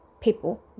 people